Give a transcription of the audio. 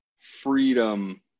freedom